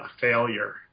failure